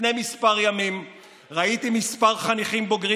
לפני כמה ימים ראיתי כמה חניכים בוגרים